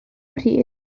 pryd